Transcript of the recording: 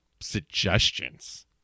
suggestions